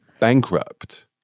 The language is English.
bankrupt